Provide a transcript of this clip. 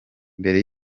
mbere